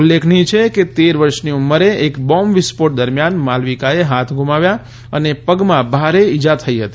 ઉલ્લેખનીય છે કે તેર વર્ષની ઉંમરે એક બોમ્બ વિસ્ફોટ દરમિયાન માલવિકાએ હાથ ગુમાવ્યા અને પગમાં ભારે ઇજા થઇ હતી